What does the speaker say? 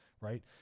Right